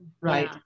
Right